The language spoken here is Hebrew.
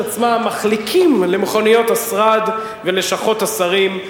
את עצמם מחליקים למכוניות השרד ולשכות השרים,